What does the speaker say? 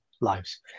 lives